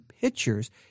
pictures